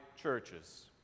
churches